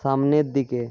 সামনের দিকে